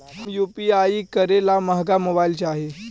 हम यु.पी.आई करे ला महंगा मोबाईल चाही?